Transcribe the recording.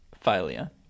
failure